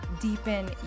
deepen